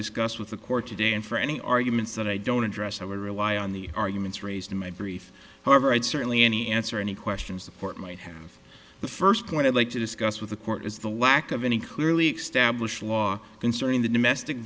discuss with the court today and for any arguments that i don't address i would rely on the arguments raised in my brief however i'd certainly any answer any questions the court might have the first point i'd like to discuss with the court is the lack of any clearly established law concerning the domestic